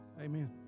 Amen